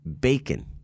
Bacon